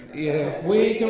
yeah. we